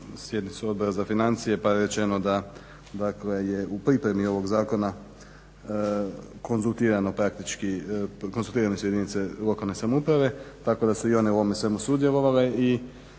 sjednicu Odbora za financije pa je rečeno da je u pripremi ovog zakona konzultirane su jedinice lokalne samouprave tako da su i one u ovom svemu sudjelovale